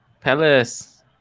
Palace